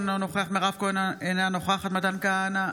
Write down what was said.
אינה נוכחת ווליד טאהא,